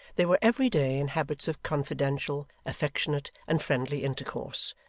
they were every day in habits of confidential, affectionate, and friendly intercourse,